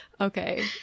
Okay